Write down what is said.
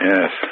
Yes